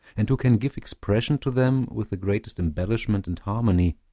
and who can give expression to them with the greatest embellishment and harmony,